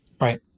right